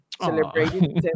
celebrating